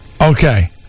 Okay